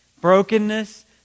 Brokenness